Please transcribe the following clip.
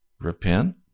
repent